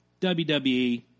WWE